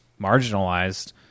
marginalized